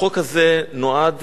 החוק הזה לא נועד